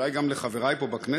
ואולי גם לחברי פה בכנסת.